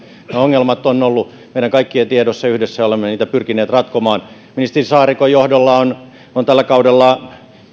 ongelmat ovat olleet meidän kaikkien tiedossa ja yhdessä olemme niitä pyrkineet ratkomaan ministeri saarikon johdolla ja aikaisemmin ministeri rehulan johdolla on tällä kaudella